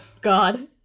God